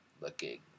looking